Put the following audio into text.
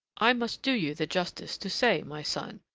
i must do you the justice to say, my son,